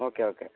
okay okay